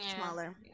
smaller